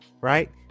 right